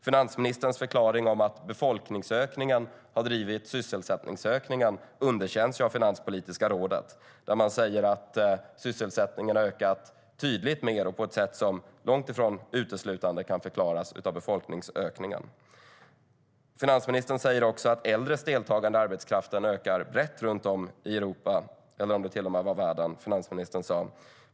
Finansministerns förklaring, att befolkningsökningen har drivit sysselsättningsökningen, underkänns av Finanspolitiska rådet. Man säger att sysselsättningen har ökat tydligt och på ett sätt som långt ifrån uteslutande kan förklaras av befolkningsökningen. Finansministern säger också att äldres deltagande i arbetskraften ökar brett runt om i Europa, eller om det till och med var världen.